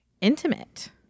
intimate